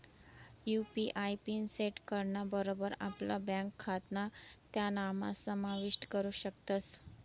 UPI pin set कराना बरोबर आपला ब्यांक खातं त्यानाम्हा समाविष्ट करू शकतस